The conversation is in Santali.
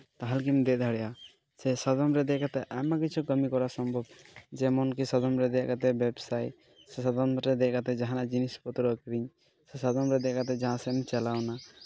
ᱛᱟᱦᱚᱞᱮ ᱜᱮᱢ ᱫᱮᱡ ᱫᱟᱲᱮᱭᱟᱜᱼᱟ ᱥᱮ ᱥᱟᱫᱚᱢ ᱨᱮ ᱫᱮᱡ ᱠᱟᱛᱮᱫ ᱟᱭᱢᱟ ᱠᱤᱪᱷᱩ ᱠᱟᱹᱢᱤ ᱠᱚᱨᱟᱣ ᱥᱚᱢᱵᱷᱚᱵ ᱡᱮᱢᱚᱱ ᱠᱤ ᱥᱟᱫᱚᱢ ᱨᱮ ᱫᱮᱡ ᱠᱟᱛᱮᱫ ᱵᱮᱵᱥᱟᱭ ᱥᱮ ᱥᱟᱫᱚᱢ ᱨᱮ ᱫᱮᱡ ᱠᱟᱛᱮᱫ ᱡᱟᱦᱟᱱᱟᱜ ᱡᱤᱱᱤᱥᱼᱯᱚᱛᱨᱚ ᱠᱤᱨᱤᱧ ᱥᱮ ᱥᱟᱫᱚᱢ ᱨᱮ ᱫᱮᱡ ᱠᱟᱛᱮᱫ ᱡᱟᱦᱟᱸ ᱥᱮᱫ ᱮᱢ ᱪᱟᱞᱟᱣᱮᱱᱟ